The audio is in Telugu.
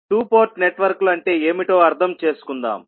2 పోర్ట్ నెట్వర్క్లు అంటే ఏమిటో అర్థం చేసుకుందాం